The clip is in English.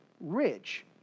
rich